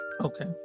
Okay